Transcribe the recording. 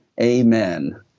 Amen